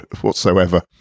whatsoever